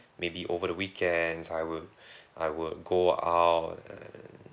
maybe over the weekends I would I would go out and